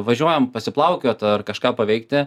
važiuojam paplaukiot ar kažką paveikti